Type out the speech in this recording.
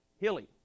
Hilly